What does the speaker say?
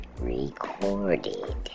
recorded